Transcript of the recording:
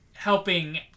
Helping